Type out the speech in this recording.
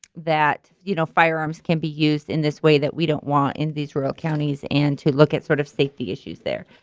that you know firearms can be used in this way that we don't want in these rural counties and to look at sort of safety issues there.